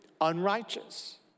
unrighteous